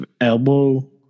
elbow